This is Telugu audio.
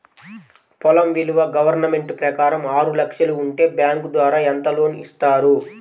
పొలం విలువ గవర్నమెంట్ ప్రకారం ఆరు లక్షలు ఉంటే బ్యాంకు ద్వారా ఎంత లోన్ ఇస్తారు?